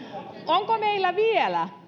onko meillä vielä